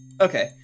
Okay